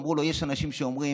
אמרו לו שיש אנשים שאומרים,